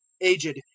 aged